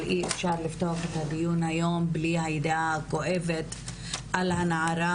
אבל אי-אפשר לפתוח את הדיון היום בלי הידיעה הכואבת על הנערה